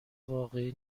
واقعی